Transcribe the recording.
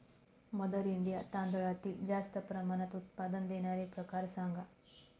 mother India तांदळातील जास्त प्रमाणात उत्पादन देणारे प्रकार सांगा